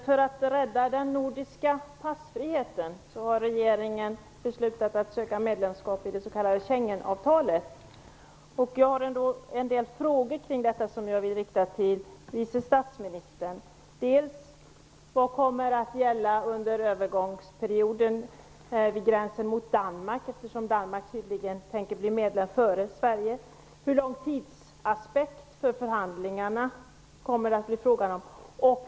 Fru talman! Regeringen har beslutat att söka medlemskap i det s.k. Schengenavtalet. Med anledning av detta vill jag rikta några frågor till vice statsministern. Vad kommer att gälla vid gränsen mot Danmark under övergångsperioden? Danmark tänker ju tydligen bli medlem före Sverige. Hur lång tid kommer förhandlingarnas genomförande att handla om?